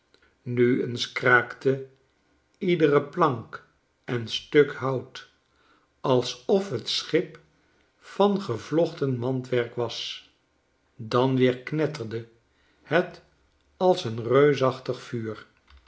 nu eens kraakte iedere piank en stuk hout alsof het schip van gevlochten mandewerk was dan weer knetterde het als een reusachtig vuur